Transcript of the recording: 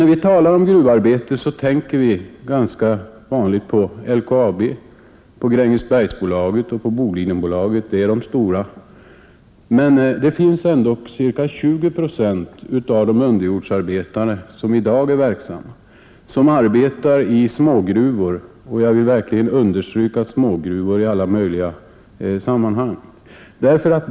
När vi talar om gruvarbete är det ganska vanligt att vi tänker på LKAB, Grängesbergsbolaget och Bolidenbolaget. Det är de stora företagen. Men ca 20 procent av de underjordsarbetare som i dag är verksamma arbetar i smågruvor, och jag vill verkligen understryka att det är smågruvor.